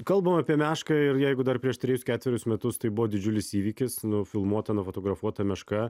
kalbam apie mešką ir jeigu dar prieš trejus ketverius metus tai buvo didžiulis įvykis nufilmuota nufotografuota meška